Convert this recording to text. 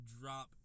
drop